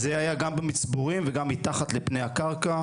זה היה גם במצבורים וגם מתחת לפני הקרקע,